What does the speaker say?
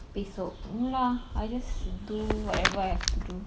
esok no lah I just do whatever I have to do